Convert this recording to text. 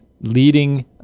Leading